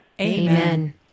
Amen